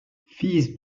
fils